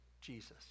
Jesus